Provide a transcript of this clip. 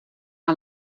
een